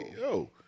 yo